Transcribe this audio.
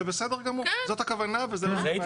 לזה התכוונו.